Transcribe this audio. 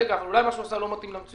רגע, ואולי מה שהוא עשה לא מתאים למציאות?